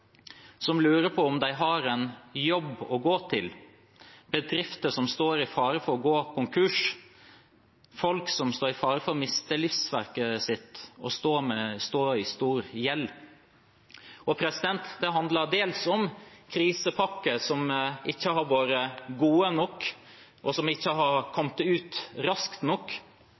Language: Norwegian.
som lurer på om de har en jobb å gå til. Det er bedrifter som står i fare for å gå konkurs, det er folk som står i fare for å miste livsverket sitt og stå i stor gjeld. Det handler til dels om krisepakker som ikke har vært gode nok, og som ikke har kommet ut raskt nok.